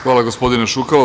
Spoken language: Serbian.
Hvala, gospodine Šukalo.